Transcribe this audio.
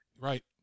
Right